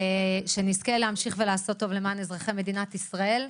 שנזכה להמשיך לעשות טוב למען אזרחי מדינת ישראל.